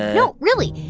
no, really.